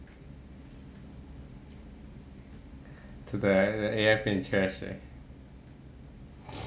to the A_I 变 trash leh